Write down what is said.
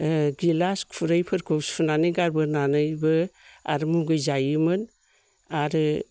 ओ गिलास खुरैफोरखौ सुनानै गारबोनानैबो आरो मुगै जायोमोन आरो